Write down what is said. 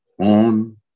on